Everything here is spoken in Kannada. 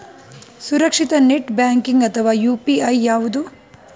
ಸುರಕ್ಷಿತ ನೆಟ್ ಬ್ಯಾಂಕಿಂಗ್ ಅಥವಾ ಯು.ಪಿ.ಐ ಯಾವುದು?